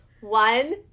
One